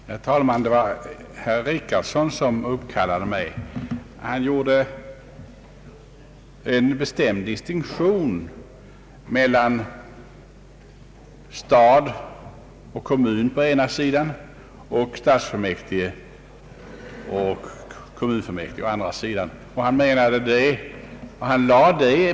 Herr talman! Herr Richardson gjorde en bestämd distinktion mellan stad och kommun å ena sidan och stadsfullmäktige och kommunfullmäktige å den andra.